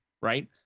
right